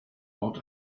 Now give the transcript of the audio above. ort